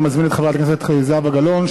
אני מזמין את חברת הכנסת זהבה גלאון.